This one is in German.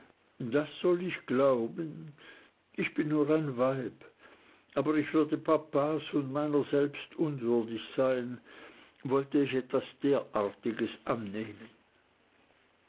das soll ich glauben ich bin nur ein weib aber ich würde papas und meiner selbst unwürdig sein wollte ich etwas derartiges annehmen